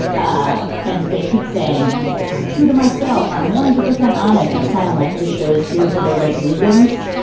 ah and they keep saying i'm true to myself. i'm one hundred percent honest. that's kind of like this show is here for the right reasons.